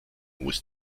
muss